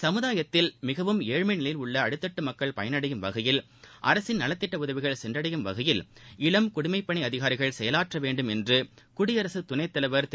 சமூகத்தில் மிகவும் ஏழ்மை நிலையில் உள்ள அடித்தட்டு மக்கள் பயனடையும் வகையில் அரசின் நலத்திட்ட உதவிகள் சென்றடையும் வகையில் இளம் குடிமைப்பணி அதிகாரிகள் செயலாற்ற வேண்டும் என்று குடியரசுத் துணைத் தலைவர் திரு